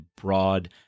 broad